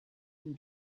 him